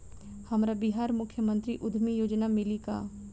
हमरा बिहार मुख्यमंत्री उद्यमी योजना मिली का?